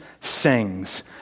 sings